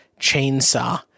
chainsaw